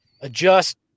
adjust